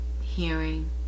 hearing